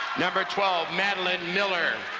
number twelve, madeleine miller.